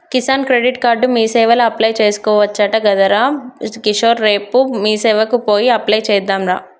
Kisan credit card మీసేవల apply చేసుకోవచ్చట గదరా కిషోర్ రేపు మీసేవకు పోయి అప్లై చెద్దాంరా